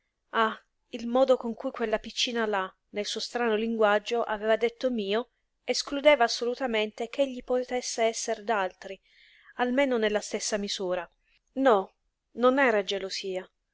ah il modo con cui quella piccina là nel suo strano linguaggio aveva detto mio escludeva assolutamente ch'egli potesse esser d'altri almeno nella stessa misura la